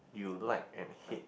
you like and hate